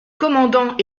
commandant